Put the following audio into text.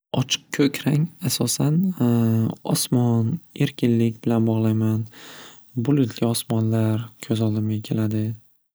Ochiq ko'k rang asosan osmon erkinlik bilan bog'layman bulutli osmonlar ko'z oldimga keladi.